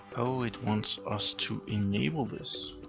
oh, it wants us to enable this.